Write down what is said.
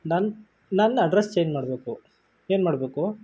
ನನ್ನ ನನ್ನ address change ಮಾಡಬೇಕು ಏನು ಮಾಡ್ಬೇಕು